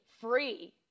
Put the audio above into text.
free